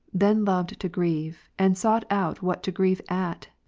then loved to grieve, and sought out what to grieve at,